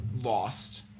lost